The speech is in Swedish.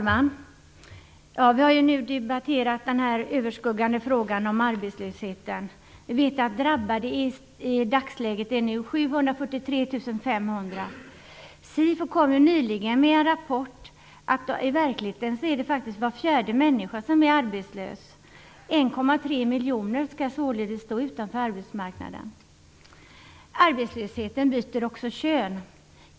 Herr talman! Vi har nu debatterat den överskuggande frågan om arbetslösheten. Vi vet att antalet drabbade i dagsläget är 743 500. SIFO kom nyligen med en rapport om att det i verkligheten faktiskt är var fjärde människa som är arbetslös. 1,3 miljoner människor skall således stå utanför arbetsmarknaden. Arbetslösheten byter också kön.